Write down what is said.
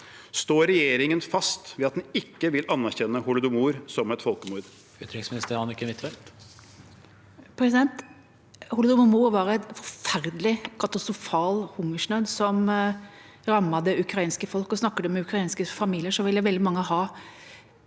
Står regjeringen fast ved at den ikke vil anerkjenne holodomor som et folkemord? Utenriksminister Anniken Huitfeldt Holodomor var en forferdelig, katastrofal hungersnød som rammet det ukrainske folket, og snakker man med ukrainske familier, vil veldig mange ha